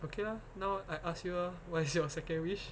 okay lah now I ask you ah what is your second wish